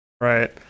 Right